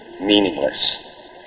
meaningless